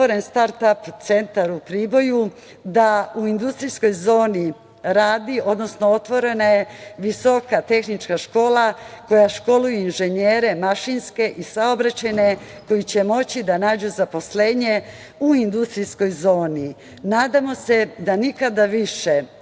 start-ap centar u Priboju, da u industrijskoj zoni radi, odnosno otvorena je visoka tehnička škola koja školuje inženjere mašinske i saobraćajne, koji će moći da nađu zaposlenje u industrijskoj zoni. Nadamo se da nikada više